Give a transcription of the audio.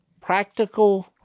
practical